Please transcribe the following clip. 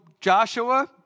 Joshua